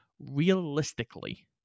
realistically